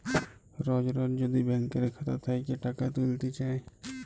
রজ রজ যদি ব্যাংকের খাতা থ্যাইকে টাকা ত্যুইলতে চায়